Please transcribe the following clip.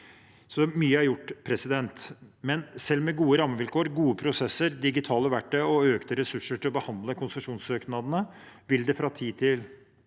Mye er altså gjort, men selv med gode rammevilkår, gode prosesser, digitale verktøy og økte ressurser til å behandle konsesjonssøknadene vil det ta tid fra